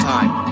Time